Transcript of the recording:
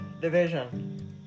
division